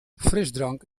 frisdrank